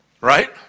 Right